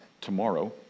tomorrow